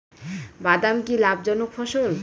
বাদাম কি লাভ জনক ফসল?